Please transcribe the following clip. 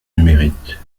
numérique